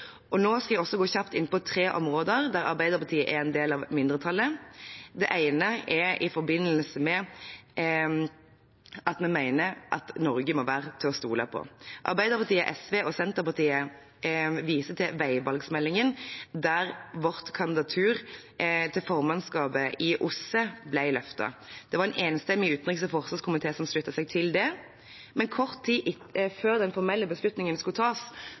effekt. Nå skal jeg også gå kjapt inn på tre områder der Arbeiderpartiet er en del av mindretallet. Det ene er i forbindelse med at vi mener Norge må være til å stole på. Arbeiderpartiet, SV og Senterpartiet viser til «Veivalg»-meldingen, der vårt kandidatur til formannskapet i OSSE ble løftet. Det var en enstemmig utenriks- og forsvarskomité som sluttet seg til det, men kort tid før den formelle beslutningen skulle tas,